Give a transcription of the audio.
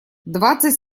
двадцать